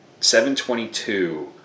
722